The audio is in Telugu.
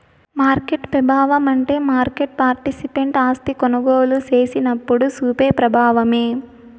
మార్కెట్ పెబావమంటే మార్కెట్ పార్టిసిపెంట్ ఆస్తిని కొనుగోలు సేసినప్పుడు సూపే ప్రబావమే